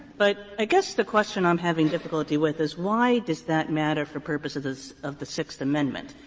but i guess the question i'm having difficulty with is why does that matter for purposes of the sixth amendment?